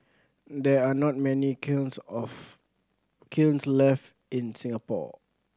there are not many kilns of kilns left in Singapore